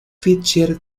fischer